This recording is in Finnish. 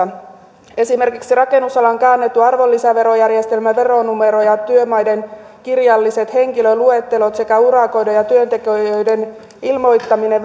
valvonnassa ja ulosoton erikoisperinnässä esimerkiksi rakennusalan käännetyn arvonlisäverojärjestelmän veronumero ja työmaiden kirjalliset henkilöluettelot sekä urakoiden ja työntekijöiden ilmoittaminen